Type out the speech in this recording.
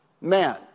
man